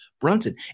Brunton